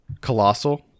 Colossal